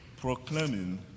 proclaiming